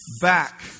back